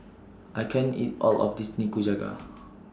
I can't eat All of This Nikujaga